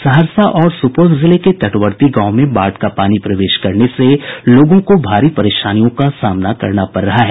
सहरसा और सुपौल जिले के तटवर्ती गांवों में बाढ़ का पानी प्रवेश करने से लोगों को भारी परेशानियों का सामना करना पड़ रहा है